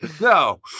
No